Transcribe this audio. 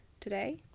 today